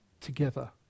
together